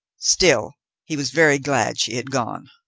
still he was very glad she had gone.